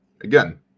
Again